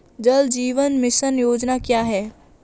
जल जीवन मिशन योजना क्या है?